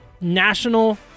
national